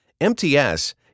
MTS